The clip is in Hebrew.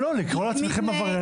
לא, לקרוא לעצמכם עבריינים?